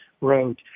wrote